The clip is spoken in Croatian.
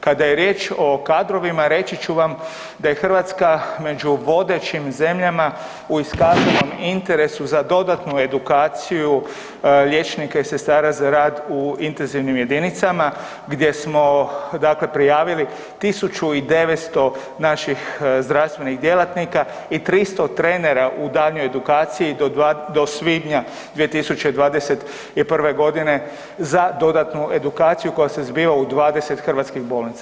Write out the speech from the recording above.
Kada je riječ o kadrovima, reći ću vam da je Hrvatska među vodećim zemljama u iskazanom interesu za dodatnu edukaciju liječnika i sestara za rad u intenzivnim jedinicama gdje smo dakle prijavili 1.900 naših zdravstvenih djelatnika i 300 trenera u daljnjoj edukaciji do svibnja 2021. godine za dodatnu edukaciju koja se zbiva u 20 hrvatskih bolnica.